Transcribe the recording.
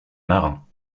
marins